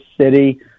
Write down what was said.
city